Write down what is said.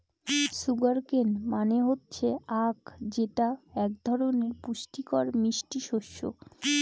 sugar কেন মানে হচ্ছে আঁখ যেটা এক ধরনের পুষ্টিকর মিষ্টি শস্য